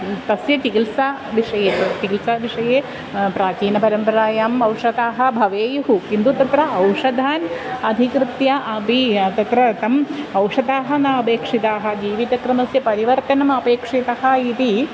तस्य तिकिल्साविषये तत् चिकिल्साविषये प्राचीनपरम्परायाम् औषधाः भवेयुः किन्तु तत्र औषधान् अधिकृत्य अपि तत्र तम् औषधाः न अपेक्षिताः जीवितक्रमस्य परिवर्तनम् अपेक्षितः इति